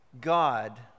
God